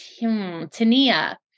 Tania